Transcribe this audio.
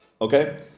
Okay